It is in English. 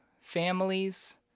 families